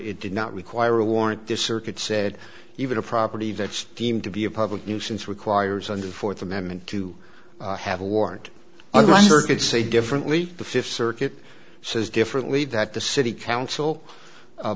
it did not require a warrant this circuit said even a property that's deemed to be a public nuisance requires under the fourth amendment to have a warrant unlike circuit say differently the fifth circuit says differently that the city council